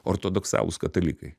ortodoksalūs katalikai